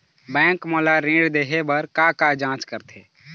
Bank मोला ऋण देहे बार का का जांच करथे?